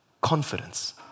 confidence